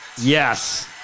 Yes